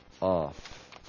off